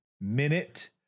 minute